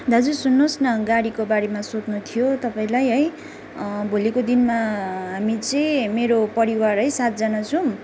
दाजु सुन्नुहोस् न गाडीको बारेमा सोध्नु थियो तपाईँलाई है भोलिको दिनमा हामी चाहिँ मेरो परिवार है सातजना छुम्